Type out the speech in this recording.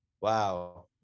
wow